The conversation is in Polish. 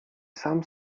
sam